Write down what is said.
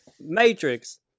Matrix